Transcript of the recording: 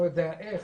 אני לא יודע איך,